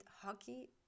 hockey